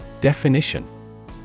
Definition